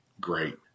great